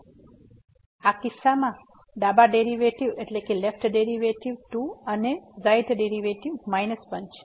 તેથી આ કિસ્સામાં ડાબા ડેરીવેટીવ 2 અને જમણા ડેરીવેટીવ 1 છે